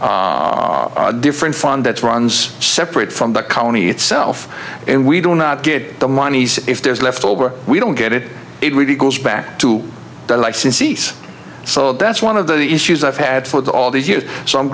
the different fund that's runs separate from the colony itself and we do not get the money if there's left over we don't get it it really goes back to the licensees so that's one of the issues i've had with all these years so i'm